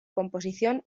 composición